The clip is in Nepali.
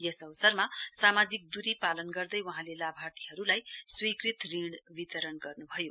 यस अवसरमा सामाजिक दूरी पालन गर्दै वहाँले लाभार्थीहरुलाई स्वीकृत ऋण वितरण गर्नभयो